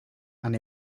and